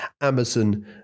Amazon